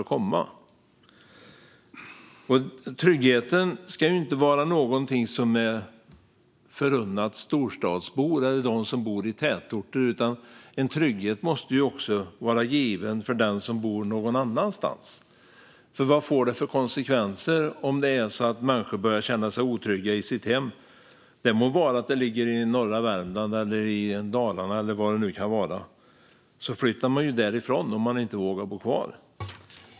Tryggheten ska inte bara förunnas storstadsbor eller dem som bor i tätorter, utan tryggheten måste också vara given för den som bor någon annanstans. Vad får det för konsekvenser om människor börja känna sig otrygga i sina hem? De kan ligga i norra Värmland eller i Dalarna eller var det nu kan vara. Man flyttar därifrån om man inte vågar bo kvar.